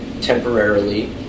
temporarily